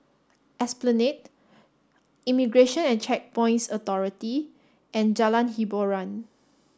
Esplanade Immigration and Checkpoints Authority and Jalan Hiboran